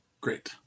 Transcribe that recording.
Great